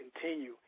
continue